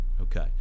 Okay